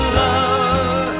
love